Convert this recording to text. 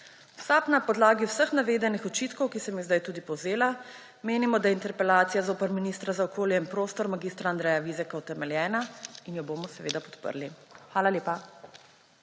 V SAB na podlagi vseh navedenih očitkov, ki sem jih sedaj tudi povzela, menimo, da je interpelacija zoper ministra za okolje in prostor mag. Andreja Vizjaka utemeljena in jo bomo seveda podprli. Hvala lepa.